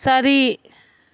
சரி